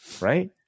right